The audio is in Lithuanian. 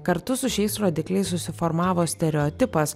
kartu su šiais rodikliais susiformavo stereotipas